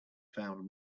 found